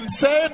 say